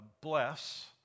bless